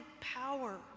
power